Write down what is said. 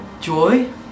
Joy